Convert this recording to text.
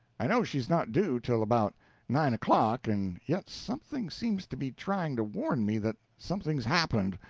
i know she's not due till about nine o'clock, and yet something seems to be trying to warn me that something's happened.